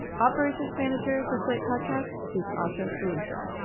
operations manager for slate podcast is asha lucja,